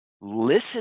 Listen